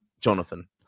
jonathan